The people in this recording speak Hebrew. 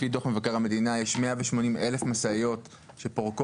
לפי דוח מבקר המדינה יש 180,000 משאיות שפורקות,